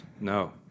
No